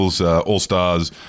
All-Stars